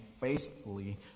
faithfully